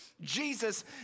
Jesus